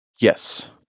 Yes